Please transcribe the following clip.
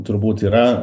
turbūt yra